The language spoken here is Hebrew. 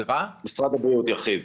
משרד הבריאות ירחיב.